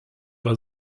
war